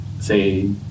say